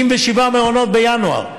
77 מעונות בינואר.